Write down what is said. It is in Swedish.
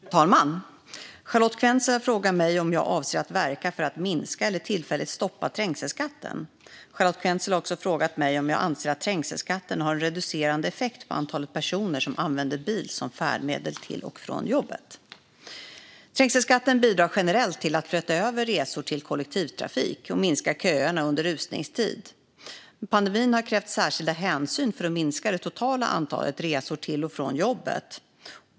Fru talman! Charlotte Quensel har frågat mig om jag avser att verka för att minska eller tillfälligt stoppa trängselskatten. Charlotte Quensel har också frågat mig om jag anser att trängselskatten har en reducerande effekt på antalet personer som använder bil som färdmedel till och från jobbet. Trängselskatten bidrar generellt till att flytta över resor till kollektivtrafik och minska köerna under rusningstid. Pandemin har krävt särskilda hänsyn för att minska det totala antalet resor till och från jobbet.